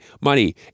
money